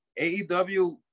AEW